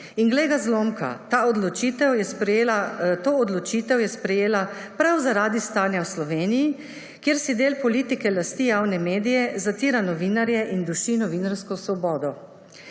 In glej ga zlomka, to odločitev je sprejela prav zaradi stanja v Sloveniji, kjer si del politike lasti javne medije, zatira novinarje in duši novinarsko svobodo.